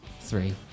three